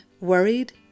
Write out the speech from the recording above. worried